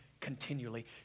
Continually